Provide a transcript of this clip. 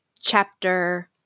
chapter